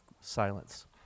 silence